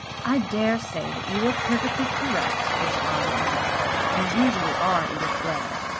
i dare say that you are perfectly correct, responded nora you usually are, edith blair.